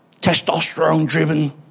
testosterone-driven